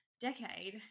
Decade